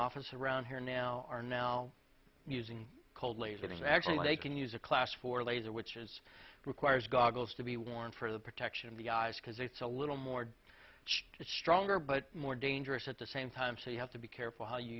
office around here now are now using cold laziness actually they can use a class for laser which is requires goggles to be worn for the protection of the eyes because it's a little more which is stronger but more dangerous at the same time so you have to be careful how you